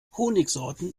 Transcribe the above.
honigsorten